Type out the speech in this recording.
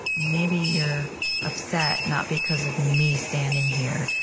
maybe you're upset, not because of me standing here,